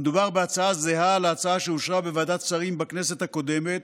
מדובר בהצעה זהה להצעה שאושרה בוועדת השרים בכנסת הקודמת,